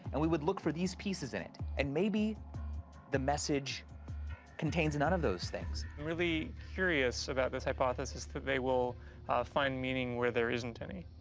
and we would look for these pieces in it. and maybe the message contains none of those things. really curious about this hypothesis that they will find meaning where there isn't any.